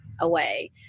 away